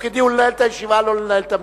תפקידי הוא לנהל את הישיבה, לא לנהל את המדינה.